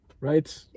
right